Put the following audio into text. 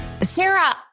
Sarah